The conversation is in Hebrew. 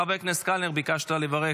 חבר הכנסת קלנר, ביקשת לברך.